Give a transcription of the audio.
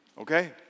Okay